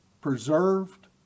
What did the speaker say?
preserved